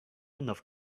enough